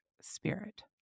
spirit